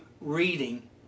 reading